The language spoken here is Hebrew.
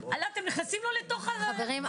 אתם נכנסים לו לתוך השיקולים.